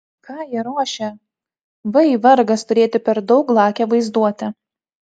ką jie ruošia vai vargas turėti per daug lakią vaizduotę